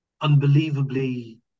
unbelievably